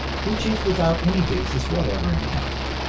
which is without any basis whatever in health.